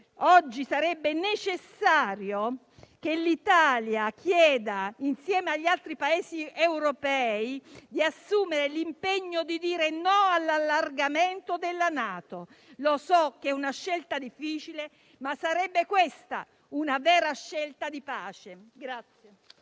Oggi sarebbe necessario che l'Italia chiedesse, insieme agli altri Paesi europei, di assumere l'impegno di dire no all'allargamento della NATO. So che è una scelta difficile, ma questa sarebbe una vera scelta di pace.